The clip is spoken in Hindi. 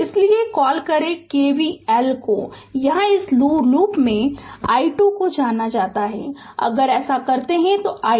इसलिए कॉल करें KVL को यहां इस लूप में i2 को जाना जाता है अगर ऐसा करते हैं तो i2 है 2 एम्पीयर